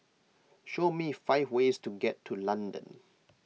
show me five ways to get to London